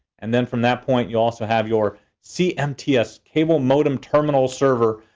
and then from that point, you also have your cmts, cable modem terminal server,